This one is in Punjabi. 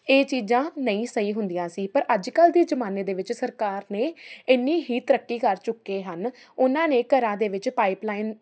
ਇਹ ਚੀਜ਼ਾਂ ਨਹੀਂ ਸਹੀ ਹੁੰਦੀਆਂ ਸੀ ਪਰ ਅੱਜ ਕੱਲ੍ਹ ਦੇ ਜ਼ਮਾਨੇ ਦੇ ਵਿੱਚ ਸਰਕਾਰ ਨੇ ਇੰਨੀ ਹੀ ਤਰੱਕੀ ਕਰ ਚੁੱਕੇ ਹਨ ਉਹਨਾਂ ਨੇ ਘਰਾਂ ਦੇ ਵਿੱਚ ਪਾਈਪਲਾਈਨ